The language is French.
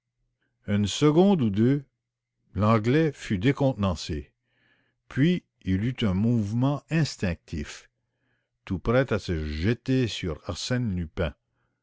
une seconde ou deux l'anglais fut déconcerté d'instinct il tourna la tête de droite et de gauche tout près à se jeter sur arsène lupin